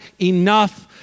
enough